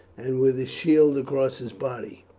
and with his shield across his body.